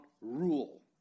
rule